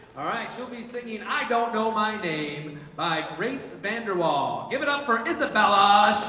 all right, she'll be singing i don't know my name by grace vander waal. give it up for isabella